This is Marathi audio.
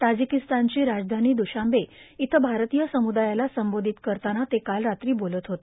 तार्जिाकस्तानची राजधानी द्शांबे इथं भारतीय समुदायाला संबोधित करताना ते काल रात्री बोलत होते